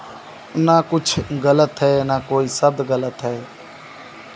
ना कुछ ग़लत है ना कोई शब्द ग़लत है